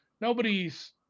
Nobody's